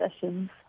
sessions